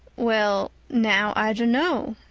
well now, i dunno,